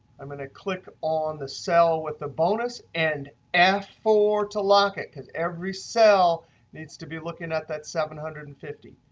i'm going to click on the cell with the bonus and f four to lock it, because every cell needs to be looking at that seven hundred and fifty